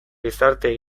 gizarte